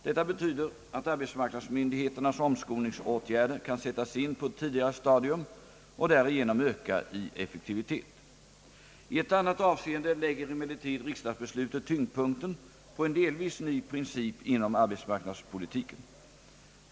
Detta betyder att arbetsmarknadsmyndigheternas omskolningsåtgärder kan sättas in på ett tidigare stadium och därigenom öka i effektivitet. I ett annat avseende lägger emellertid riksdagsbeslutet tyngdpunkten på en delvis ny princip inom arbetsmarknadspolitiken.